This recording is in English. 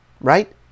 right